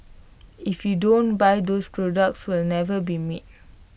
if you don't buy those products will never be